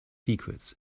secrets